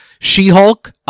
She-Hulk